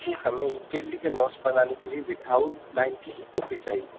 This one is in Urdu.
ٹھیک ہمیں ہندی کے نوٹس بنانے کے لیے آؤٹ لائن کی ہی کاپی چاہیے